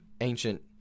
ancient